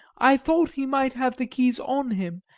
i thought he might have the keys on him,